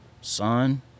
Son